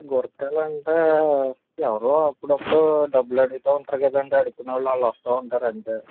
గుర్కాలు అంటే ఎవరో అప్పుడప్పుడు డబ్బులు అడుగుతు ఉంటారు కదండి అడుక్కునే వాళ్ళు వాళ్ళు వస్తు ఉంటారు అంతే